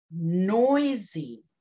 noisy